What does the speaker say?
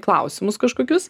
klausimus kažkokius